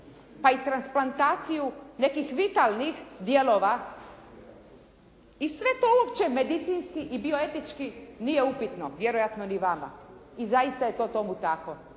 pa i transplantaciju nekih vitalnih dijelova i sve to uopće medicinski i bioetički nije upitno vjerojatno ni vama. I zaista je to tomu tako.